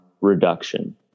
reduction